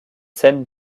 scènes